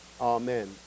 Amen